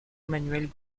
emmanuel